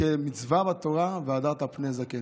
כמצווה בתורה, "והדרת פני זקן".